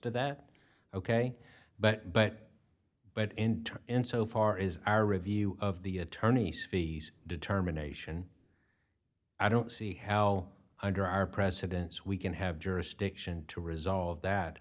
to that ok but but but in turn in so far is our review of the attorneys fees determination i don't see how under our precedents we can have jurisdiction to resolve that